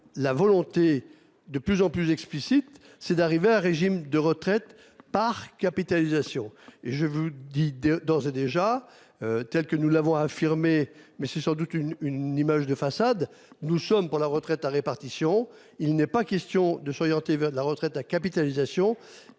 la volonté de plus en plus explicite, c'est d'arriver à un régime de retraite par capitalisation. Et je vous dis de, d'ores et déjà. Telle que nous l'avons affirmé mais c'est sans doute une une image de façade. Nous sommes pour la retraite à répartition. Il n'est pas question de s'orienter vers de la retraite à capitalisation